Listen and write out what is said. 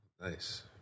Nice